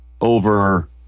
over